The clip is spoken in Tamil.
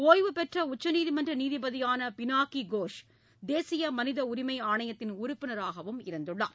ஒய்வுபெற்ற உச்சநீதிமன்ற நீதிபதியான பினாகி கோஷ் தேசிய மனித உரிமை ஆணையத்தின் உறுப்பினராகவும் இருந்துள்ளார்